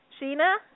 Sheena